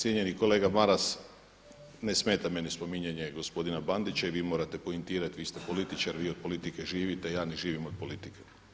Cijenjeni kolega Maras, ne smeta meni spominjanje gospodina Bandića i vi morate poentirati, vi ste političar, vi od politike živite, ja ne živim od politike.